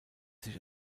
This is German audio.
sich